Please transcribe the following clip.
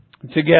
together